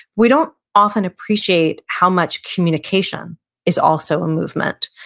we don't often appreciate how much communication is also a movement.